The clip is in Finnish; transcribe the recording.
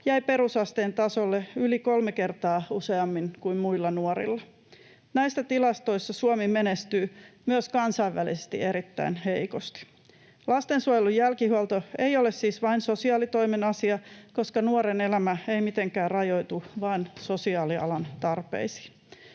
jäi perusasteen tasolle yli kolme kertaa useammin kuin muilla nuorilla. Näissä tilastoissa Suomi menestyy myös kansainvälisesti erittäin heikosti. Lastensuojelun jälkihuolto ei ole siis vain sosiaalitoimen asia, koska nuoren elämä ei mitenkään rajoitu vain sosiaalialan tarpeisiin.